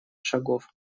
шагов